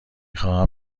خواهم